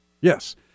Yes